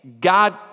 God